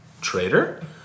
Traitor